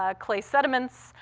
ah clay sediments,